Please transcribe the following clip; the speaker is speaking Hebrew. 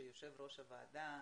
שיושב ראש הוועדה,